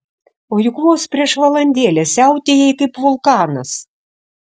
o juk vos prieš valandėlę siautėjai kaip vulkanas